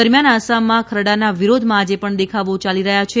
દરમિયાન આસામમાં ખરડાના વિરોધમાં આજે પણ દેખાવો ચાલી રહ્યા છે